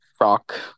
rock